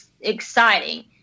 exciting